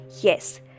Yes